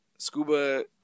Scuba